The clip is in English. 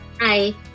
Hi